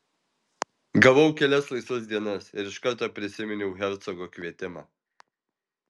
gavau kelias laisvas dienas ir iš karto prisiminiau hercogo kvietimą